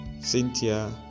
Cynthia